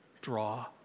draw